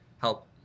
help